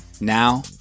Now